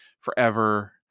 forever